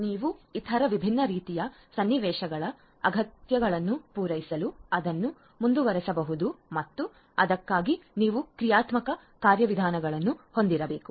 ನೀವು ಇತರ ವಿಭಿನ್ನ ರೀತಿಯ ಸನ್ನಿವೇಶಗಳ ಅಗತ್ಯಗಳನ್ನು ಪೂರೈಸಲು ಅದನ್ನು ಮುಂದುವರೆಸಬಹುದು ಮತ್ತು ಅದಕ್ಕಾಗಿ ನೀವು ಕ್ರಿಯಾತ್ಮಕ ಕಾರ್ಯವಿಧಾನಗಳನ್ನು ಹೊಂದಿರಬೇಕು